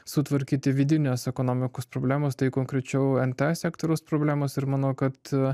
sutvarkyti vidines ekonomikos problemos tai konkrečiau nta sektoriaus problemas ir manau kad